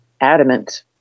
adamant